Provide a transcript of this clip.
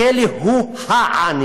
הכלא הוא הענישה.